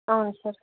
అవును సార్